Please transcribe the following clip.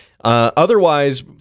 Otherwise